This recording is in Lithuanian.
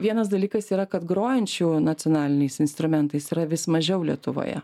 vienas dalykas yra kad grojančių nacionaliniais instrumentais yra vis mažiau lietuvoje